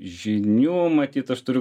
žinių matyt aš turiu